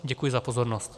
Děkuji za pozornost.